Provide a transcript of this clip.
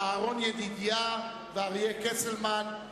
אהרן ידידיה ואריה קסלמן,